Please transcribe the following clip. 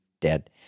dead